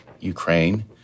Ukraine